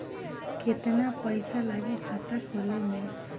केतना पइसा लागी खाता खोले में?